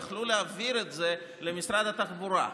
יכלו להעביר את זה למשרד התחבורה,